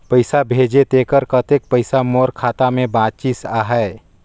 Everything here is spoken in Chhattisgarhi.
पइसा भेजे तेकर कतेक पइसा मोर खाता मे बाचिस आहाय?